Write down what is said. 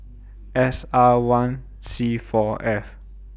S R one C four F